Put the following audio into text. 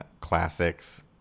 classics